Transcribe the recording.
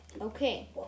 Okay